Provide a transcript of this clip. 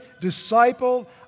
disciple